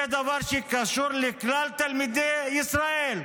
זה דבר שקשור לכלל תלמידי ישראל,